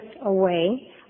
away